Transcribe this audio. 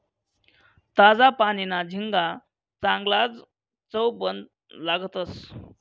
ताजा पानीना झिंगा चांगलाज चवबन लागतंस